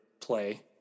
play